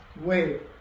Wait